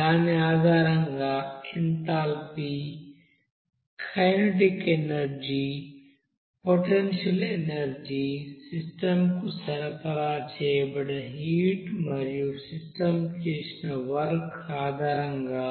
దాని ఆధారంగా enthalpy kinetic energy potential energy సిస్టంకు సరఫరా చేయబడిన హీట్ మరియు సిస్టం చేసిన వర్క్ ఆధారంగా